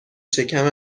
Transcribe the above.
شکم